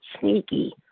sneaky